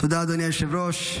אדוני היושב-ראש.